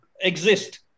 exist